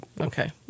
okay